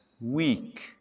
weak